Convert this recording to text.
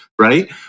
right